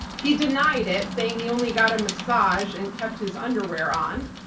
he denied it saying he only got a massage and kept his underwear on,